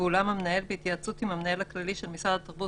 ואולם המנהל בהתייעצות עם המנהל הכללי של משרד התרבות